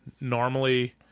normally